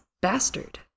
bastard